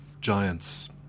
giants